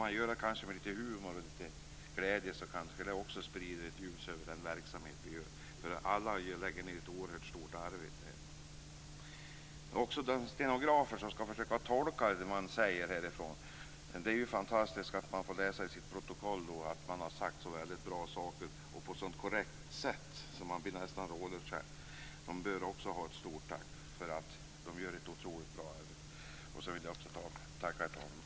Om man dessutom har litet humor och glädje, så sprider kanske också det ljus över vår verksamhet. Alla lägger ned ett oerhört stort arbete här. Vidare gäller det de stenografer som skall försöka tolka det som sägs här. Det är fantastiskt att i protokollet få läsa vilka bra saker man sagt och att se att man har gjort det på ett så korrekt sätt att man nästan blir rådlös. Stenograferna bör alltså också ha ett stort tack. De gör ett otroligt bra arbete. Jag vill också tacka herr talmannen.